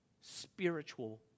spiritual